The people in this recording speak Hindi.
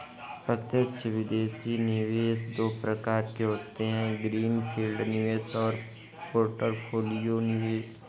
प्रत्यक्ष विदेशी निवेश दो प्रकार के होते है ग्रीन फील्ड निवेश और पोर्टफोलियो निवेश